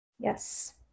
yes